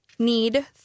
need